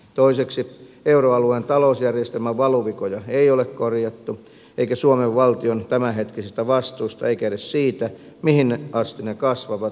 toiseksi euroalueen talousjärjestelmän valuvikoja ei ole korjattu eikä suomen valtion tämänhetkisistä vastuista eikä edes siitä mihin asti ne kasvavat ole varmuutta